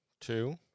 two